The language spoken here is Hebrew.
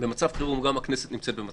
מצב חירום, גם הכנסת תתכנס